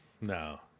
No